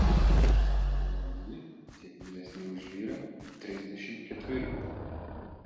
juolab ji tiek vyresnė už vyrą trisdešimt ketverių